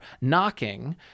knocking